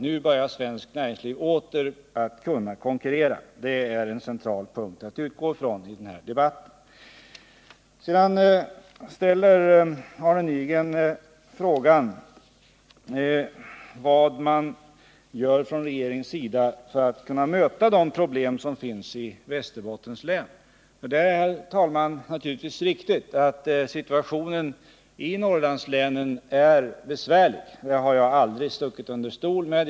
Nu börjar svenskt näringsliv åter kunna konkurrera. Det är en central punkt att utgå ifrån i denna debatt. Arne Nygren frågar vad regeringen gör för att kunna möta de problem som finns i Västerbottens län. Det är naturligtvis riktigt att situationen i Norrlandslänen är besvärlig. Det har jag aldrig stuckit under stol med.